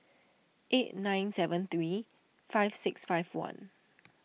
eight nine seven three five six five one